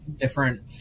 different